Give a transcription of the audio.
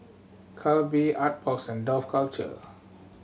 Calbee Artbox and Dough Culture